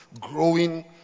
growing